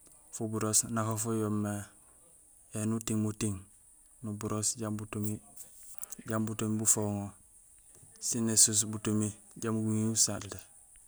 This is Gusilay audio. Fuburoos nafa fo yo yoomé éni uting muting, nuburoos jambi butumi bufoŋo sin ésuus butumi jambi guŋiŋi gusalté.